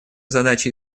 задачи